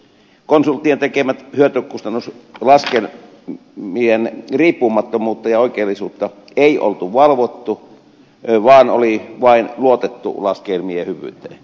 konsulttien tekemien hyötykustannus laskelmien riippumattomuutta ja oikeellisuutta ei ollut valvottu vaan oli vain luotettu laskelmien hyvyyteen